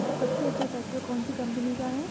सबसे अच्छा ट्रैक्टर कौन सी कम्पनी का है?